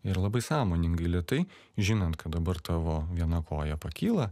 ir labai sąmoningai lėtai žinant kad dabar tavo viena koja pakyla